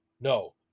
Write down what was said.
No